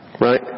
Right